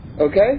okay